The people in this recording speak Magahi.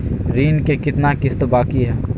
ऋण के कितना किस्त बाकी है?